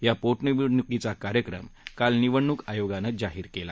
या पो निवडणुकीचा कार्यक्रम काल निवडणूक आयोगानं जाहीर केला